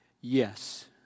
Yes